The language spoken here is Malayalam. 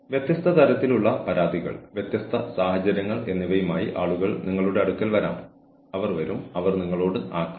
കൂടാതെ മയക്കുമരുന്ന് ഉപയോഗം ജോലിസ്ഥലത്താണോ അതോ ആ വ്യക്തി മയക്കുമരുന്ന് ഉപയോഗിച്ചാണോ ജോലിക്ക് വരുന്നതെന്നും നിങ്ങൾ കണ്ടെത്തണം